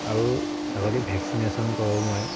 আৰু ছাগলী ভেকচিনেশ্যন কৰোঁ মই